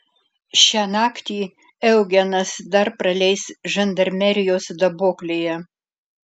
šią naktį eugenas dar praleis žandarmerijos daboklėje